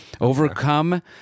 overcome